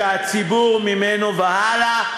שהציבור ממנו והלאה,